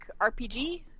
RPG